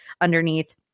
underneath